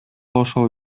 ошол